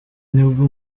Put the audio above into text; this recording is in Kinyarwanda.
nibwo